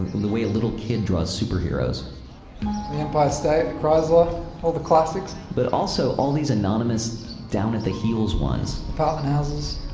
the way a little kid draws superheroes the empire state, the chrysler all the classics but also these anonymous down at the heels ones. apartment houses,